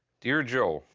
dear joe.